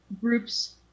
groups